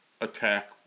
attack